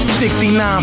69